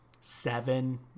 seven